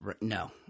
No